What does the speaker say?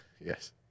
Yes